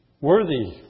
Worthy